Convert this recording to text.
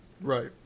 Right